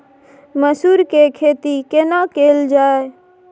मसूर के खेती केना कैल जाय?